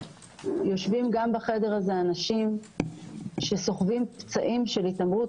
יושבים בחדר הזה גם אנשים שסוחבים פצעים של התעמרות.